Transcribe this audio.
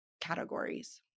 categories